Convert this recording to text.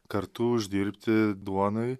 kartu uždirbti duonai